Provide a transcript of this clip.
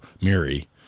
Mary